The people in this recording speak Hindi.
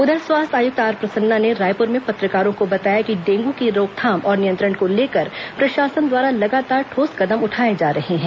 उधर स्वास्थ्य आयुक्त आर प्रसन्ना ने रायपुर में पत्रकारों को बताया कि डेंगू की रोकथाम और नियंत्रण को लेकर प्रशासन द्वारा लगातार ठोस कदम उठाए जा रहे हैं